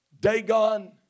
Dagon